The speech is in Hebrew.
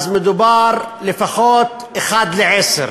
מדובר על לפחות יחס של 1 ל-10.